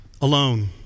alone